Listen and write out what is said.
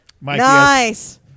Nice